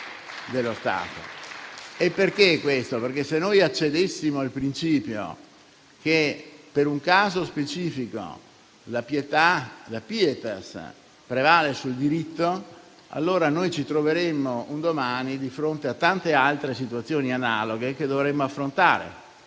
Questo perché, se accedessimo al principio che per un caso specifico la *pietas* prevale sul diritto, ci troveremmo un domani di fronte a tante altre situazioni analoghe che dovremmo affrontare.